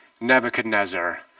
Nebuchadnezzar